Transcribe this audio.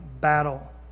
battle